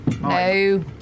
No